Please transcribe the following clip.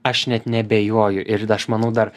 aš net neabejoju ir aš manau dar